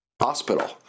Hospital